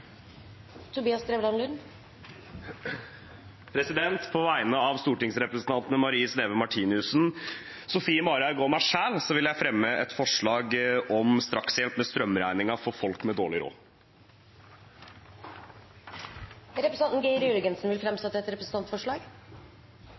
På vegne av stortingsrepresentantene Marie Sneve Martinussen, Sofie Marhaug og meg selv vil jeg fremme et forslag om strakshjelp med strømregninga for folk med dårlig råd. Representanten Geir Jørgensen vil